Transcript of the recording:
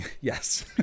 Yes